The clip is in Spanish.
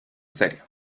serio